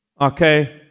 okay